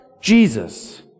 Jesus